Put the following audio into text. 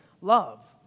love